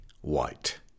white